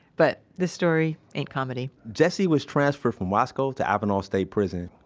but this story ain't comedy jesse was transferred from wasco to avenal state prison.